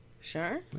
sure